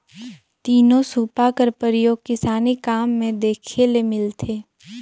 तीनो सूपा कर परियोग किसानी काम मे देखे ले मिलथे